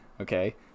Okay